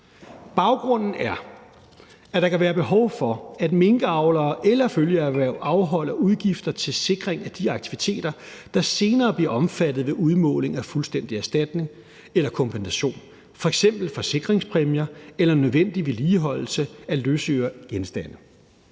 Baggrunden er, at der kan være behov for, at minkavlere eller følgeerhverv afholder udgifter til sikring af de aktiviteter, der senere bliver omfattet ved udmåling af fuldstændig erstatning eller kompensation, f.eks. forsikringspræmier eller nødvendig vedligeholdelse af løsøregenstande.